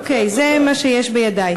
אוקיי, זה מה שיש בידי.